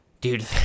dude